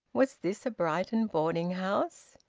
was this a brighton boarding-house?